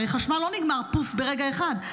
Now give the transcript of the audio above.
הרי חשמל לא נגמר ברגע אחד.